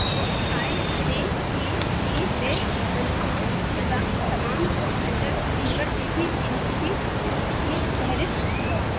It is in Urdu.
a I C T E سے منظور شدہ تمام سنٹرل یونیورسٹی انسٹیٹیوٹ کی فہرست دکھاؤ